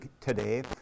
today